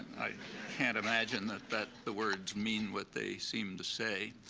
i can't imagine that that the words mean what they seem to say,